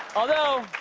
although,